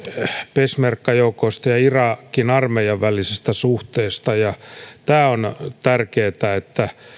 peshmerga joukoista ja irakin armeijan välisestä suhteesta tämä on tärkeätä että